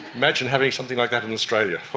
imagine having something like that in australia!